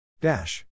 Dash